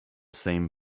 same